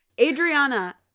Adriana